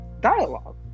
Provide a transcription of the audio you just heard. dialogue